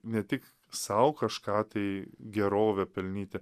ne tik sau kažką tai gerovę pelnyti